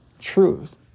truth